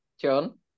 John